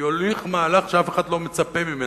יוליך מהלך שאף אחד לא מצפה ממנו.